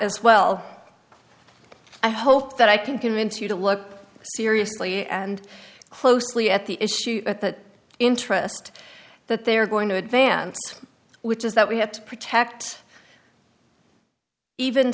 as well i hope that i can convince you to look seriously and closely at the issue at that interest that they are going to advance which is that we have to protect even